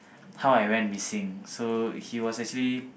how I went missing so he was actually